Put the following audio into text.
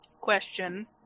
question